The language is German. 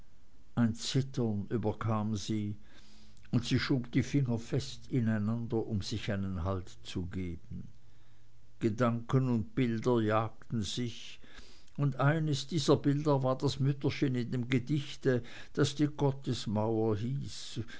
ein zittern überkam sie und sie schob die finger fest ineinander um sich einen halt zu geben gedanken und bilder jagten sich und eines dieser bilder war das mütterchen in dem gedichte das die gottesmauer hieß